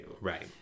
Right